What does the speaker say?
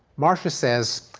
martha says,